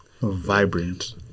vibrant